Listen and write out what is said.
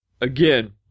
Again